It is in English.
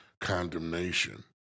condemnation